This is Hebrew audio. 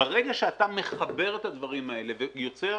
ברגע שאתה מחבר את הדברים האלה ויוצר